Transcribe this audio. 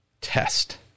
test